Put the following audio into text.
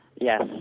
Yes